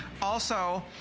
also,